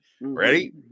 Ready